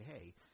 hey